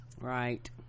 Right